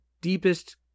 deepest